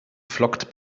flockt